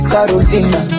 Carolina